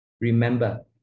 Remember